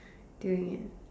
doing it